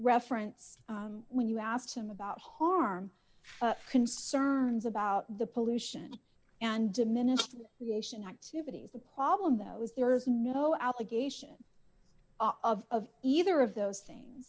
reference when you asked him about harm concerns about the pollution and diminishing creation activities the problem though is there is no allegation of either of those things